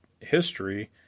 history